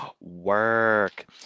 Work